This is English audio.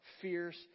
fierce